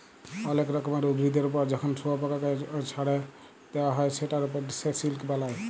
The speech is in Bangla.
অলেক রকমের উভিদের ওপর যখন শুয়পকাকে চ্ছাড়ে দেওয়া হ্যয় সেটার ওপর সে সিল্ক বালায়